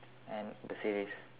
and the series